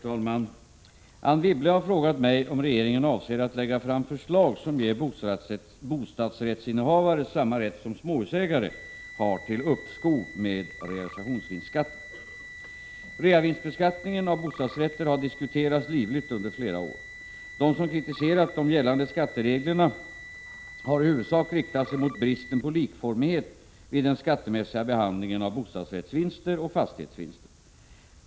Herr talman! Anne Wibble har frågat mig om regeringen avser att lägga fram förslag som ger bostadsrättsinnehavare samma rätt som småhusägare har till uppskov med realisationsvinstskatten. Reavinstbeskattningen av bostadsrätter har diskuterats livligt under flera år. De som kritiserat de gällande skattereglerna har i huvudsak riktat sig mot bristen på likformighet vid den skattemässiga behandlingen av bostadsrättsvinster och fastighetsvinster.